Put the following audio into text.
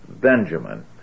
Benjamin